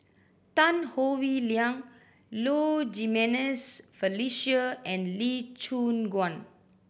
Tan Howe Liang Low Jimenez Felicia and Lee Choon Guan